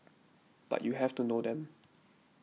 but you have to know them